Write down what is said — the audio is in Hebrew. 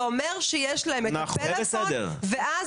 זה אומר שיש לה את מספר הטלפון שלו ואז